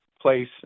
place